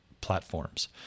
platforms